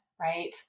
right